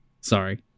Sorry